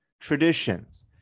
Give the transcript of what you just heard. traditions